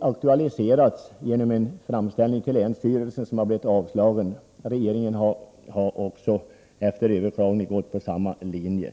aktualiserades i en framställning till länsstyrelsen, som avslog den. Ärendet överklagades, men regeringen har gått på samma linje.